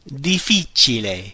Difficile